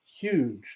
huge